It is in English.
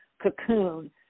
cocoon